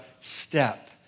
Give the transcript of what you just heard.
step